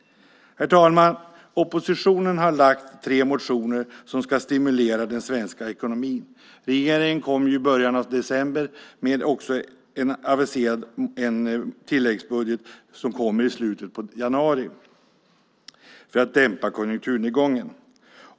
Herr talman! Oppositionen har lagt fram tre motioner som ska stimulera den svenska ekonomin. Regeringen aviserade ju i början av december en tilläggsbudget som kommer i slutet av januari för att dämpa konjunkturnedgången.